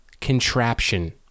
contraption